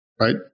right